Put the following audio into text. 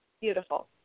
Beautiful